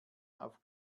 auf